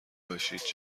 باشید